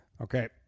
Okay